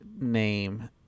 name